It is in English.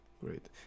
great